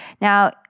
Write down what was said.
Now